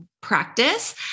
practice